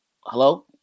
hello